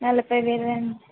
నలభై వేలా అండి